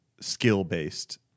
skill-based